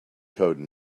code